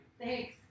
thanks